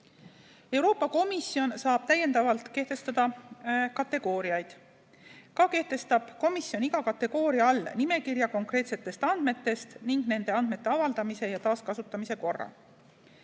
Euroopa Komisjon saab täiendavalt kehtestada kategooriaid. Samuti kehtestab komisjon iga kategooria all nimekirja konkreetsetest andmetest ning nende andmete avaldamise ja taaskasutamise korra.